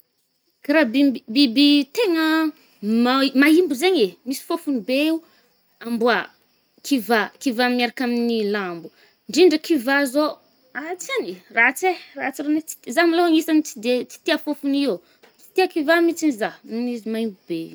Ka raha bimby-biby tegna mai-maîmbo zaigny eh, misy fofony beo amboa, kivà-kivà miaraka amin’ny lambo. Ndrindra kivà zao àtsiàny eh ratsy e, ratsy rahany-tsy tia, zah amlô anisan’ny tsy de- tsy tià fôfon’io. Tsy tià kivà mitsiny zah, amin’izy maimbo be io.